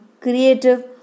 creative